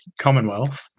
Commonwealth